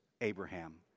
Abraham